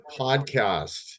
podcast